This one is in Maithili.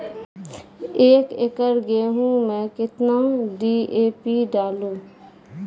एक एकरऽ गेहूँ मैं कितना डी.ए.पी डालो?